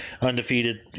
undefeated